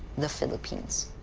the philippines.